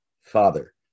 Father